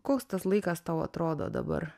koks tas laikas tau atrodo dabar